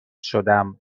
شدم